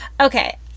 okay